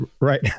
Right